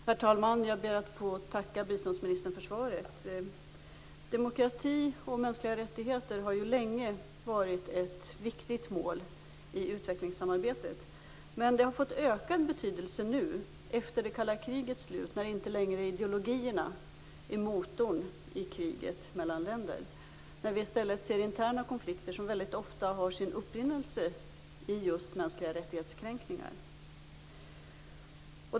Herr talman! Jag ber att få tacka biståndsministern för svaret. Demokrati och mänskliga rättigheter har länge varit ett viktigt mål i utvecklingssamarbetet, men det målet har fått ökad betydelse efter det kalla krigets slut när ideologierna inte längre är motorn i kriget mellan länder. Vi ser i stället interna konflikter som väldigt ofta har sin upprinnelse i just mänskliga rättighets-kränkningar.